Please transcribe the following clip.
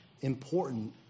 important